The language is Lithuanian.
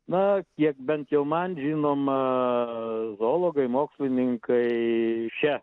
na kiek bent jau man žinoma zoologai mokslininkai šia